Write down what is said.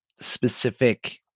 specific